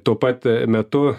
tuo pat metu